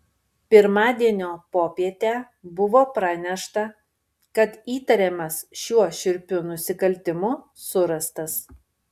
pirmadienio popietę buvo pranešta kad įtariamas šiuo šiurpiu nusikaltimu surastas